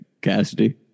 Cassidy